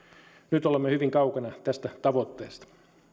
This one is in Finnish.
nyt olemme hyvin kaukana tästä tavoitteesta